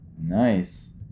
nice